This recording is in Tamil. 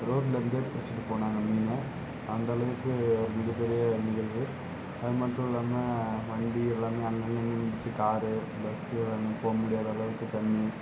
ரோட்டில் இருந்தே பிடிச்சிக்கிட்டுப் போனாங்கள் மீனை அந்தளவுக்கு ஒரு மிகப்பெரிய நிகழ்வு அதுமட்டுல்லாமல் வண்டி எல்லாமே அங்கே இங்கே நின்றுருந்துச்சு காரு பஸ் போகமுடியாத அளவுக்குத் தண்ணீர்